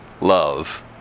love